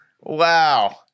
Wow